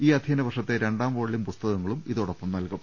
ഈ അധ്യ യന വർഷത്തെടർണ്ടാം വാള്യം പുസ്തകങ്ങളും ഇതോടൊപ്പം നൽകും